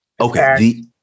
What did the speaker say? Okay